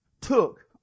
took